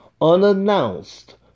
unannounced